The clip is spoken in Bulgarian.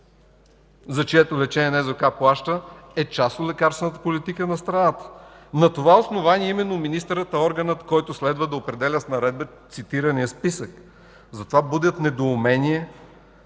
за чието лечение НЗОК плаща, е част от лекарствената политика на страната. Именно на това основание министърът е органът, който следва да определя в наредба цитирания списък. Затова будят недоумение